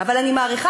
אבל אני מעריכה,